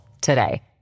today